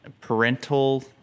parental